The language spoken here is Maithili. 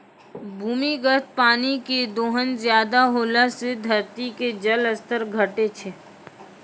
भूमिगत पानी के दोहन ज्यादा होला से धरती के जल स्तर घटै छै